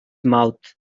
mouth